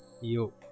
Yo